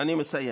אני מסיים.